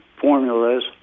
formulas